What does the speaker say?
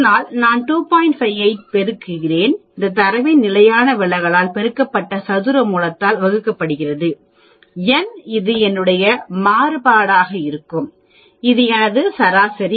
58 ஐ பெருக்கவும் இந்த தரவின் நிலையான விலகலால் பெருக்கப்பட்டு சதுர மூலத்தால் வகுக்கப்படுகிறது n இது என்னுடைய மாறுபாடாக இருக்கும் இது எனது சராசரி